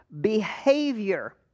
behavior